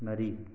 ꯃꯔꯤ